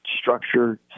structure